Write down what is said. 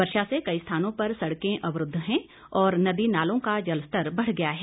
वर्षा से कई स्थानों पर सड़कें अवरूद्व हैं और नदी नालों का जलस्तर बढ़ गया है